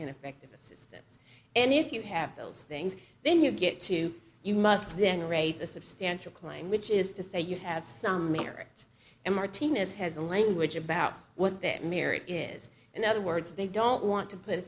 ineffectiveness and if you have those things then you get to you must then raise a substantial claim which is to say you have some merit and martinez has a language about what that marriage is in other words they don't want to put